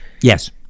yes